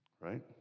Right